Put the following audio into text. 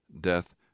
death